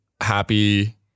happy